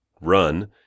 run